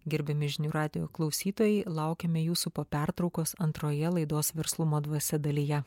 gerbiami žinių radijo klausytojai laukiame jūsų po pertraukos antroje laidos verslumo dvasia dalyje